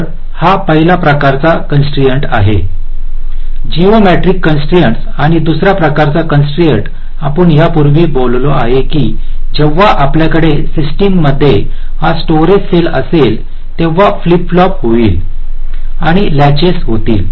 तर हा पहिला प्रकारचा कॉन्स्ट्रईन्स आहे जयोमेट्रिक कॉन्स्ट्रईन्स आणि दुसरा प्रकारचा कॉन्स्ट्रईन्स आपण यापूर्वी बोललो आहे की जेव्हा आपल्याकडे सिस्टममध्ये हा स्टोअरेज सेल असेल तेव्हा फ्लिप फ्लॉप होईल किंवा लॅचस होतील